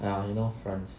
ya he no friends